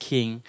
King